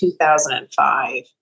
2005